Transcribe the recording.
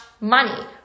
money